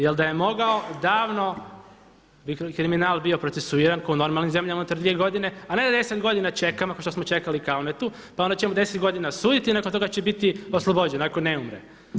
Jel da je mogao davno bi kriminal bio procesuiran ko u normalnim zemljama unutar dvije godine, a ne da 10 godina čekamo kao što smo čekali Kalmetu, pa onda ćemo 10 godina suditi i nakon toga će biti oslobođen ako ne umre.